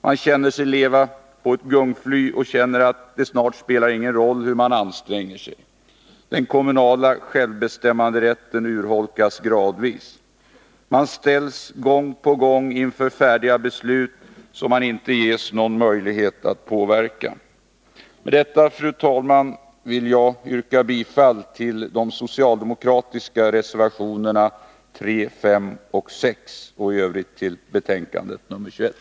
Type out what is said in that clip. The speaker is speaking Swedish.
De känner sig leva på ett gungfly, och de känner att det snart inte spelar någon roll hur man anstränger sig. Den kommunala självbestämmanderätten urholkas gradvis. Man ställs gång på gång inför färdiga beslut, som man inte ges någon möjlighet att påverka. Med detta, fru talman, vill jag yrka bifall till de socialdemokratiska reservationerna 3, 5 och 6 och i övrigt till finansutskottets hemställan i betänkandet nr 21.